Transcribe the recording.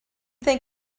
think